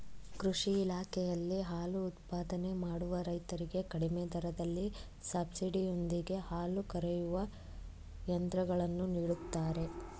ಕೃಷಿ ಇಲಾಖೆಯಲ್ಲಿ ಹಾಲು ಉತ್ಪಾದನೆ ಮಾಡುವ ರೈತರಿಗೆ ಕಡಿಮೆ ದರದಲ್ಲಿ ಸಬ್ಸಿಡಿ ಯೊಂದಿಗೆ ಹಾಲು ಕರೆಯುವ ಯಂತ್ರಗಳನ್ನು ನೀಡುತ್ತಾರೆ